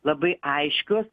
labai aiškios